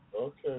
okay